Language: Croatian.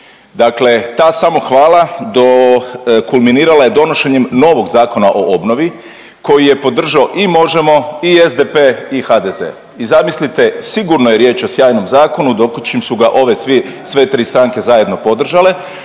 Dakle, ta samohvala do kulminirala je donošenjem novog Zakona o obnovi koji je podržao i Možemo i SDP i HDZ i zamislite sigurno je riječ o sjajnom zakonu dok čim su ga ove sve tri stranke zajedno podržale,